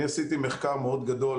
אני עשיתי מחקר מאוד גדול,